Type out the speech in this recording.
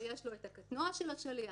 שיש לו את הקטנוע של השליח,